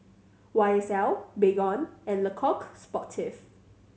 Y S L Baygon and Le Coq Sportif